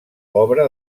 obra